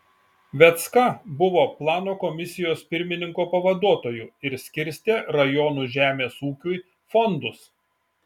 vecka buvo plano komisijos pirmininko pavaduotoju ir skirstė rajonų žemės ūkiui fondus